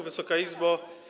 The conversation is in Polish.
Wysoka Izbo!